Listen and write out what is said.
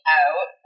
out